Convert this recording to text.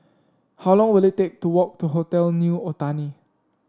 how long will it take to walk to Hotel New Otani